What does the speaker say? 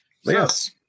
Yes